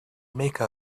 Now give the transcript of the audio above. make